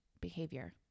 behavior